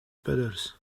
puddles